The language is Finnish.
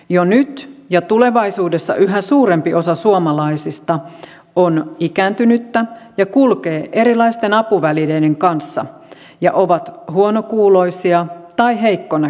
jo nyt ja tulevaisuudessa yhä suurempi osa suomalaisista on ikääntynyttä ja kulkee erilaisten apuvälineiden kanssa ja on huonokuuloisia tai heikkonäköisiä